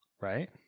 right